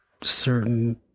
certain